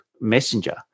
Messenger